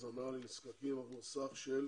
הזנה לנזקקים בסך של